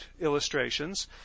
illustrations